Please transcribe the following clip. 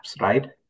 right